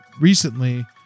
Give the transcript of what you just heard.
recently